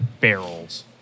barrels